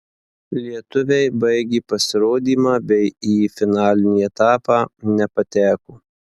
lietuviai baigė pasirodymą bei į finalinį etapą nepateko